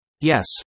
Yes